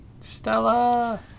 Stella